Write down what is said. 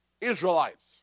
Israelites